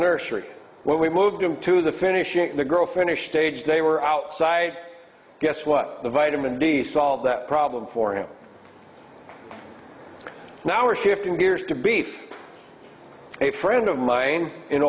nursery when we moved him to the finishing the girl finish stage they were outside guess what the vitamin d solve that problem for him now are shifting gears to beef a friend of mine in